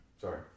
Sorry